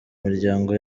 miryango